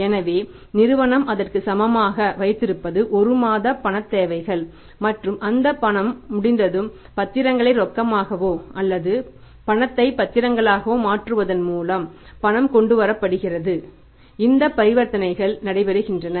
எனவே நிறுவனம் அதற்கு சமமாக வைத்திருப்பது 1 மாத பணத் தேவைகள் மற்றும் அந்த பணம் முடிந்ததும் பத்திரங்களை ரொக்கமாகவோ அல்லது பணத்தை பத்திரங்களாகவோ மாற்றுவதன் மூலம் பணம் கொண்டு வரப்படுகிறது இந்த பரிவர்த்தனைகள் நடைபெறுகின்றன